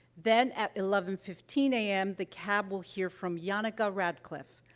then, at eleven fifteen a m, the cab will hear from janneke ah ratcliffe,